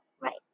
right